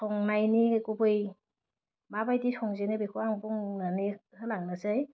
संनायनि गुबै माबायदि संजेनो बेखौ आं बुंनानै होलांनोसै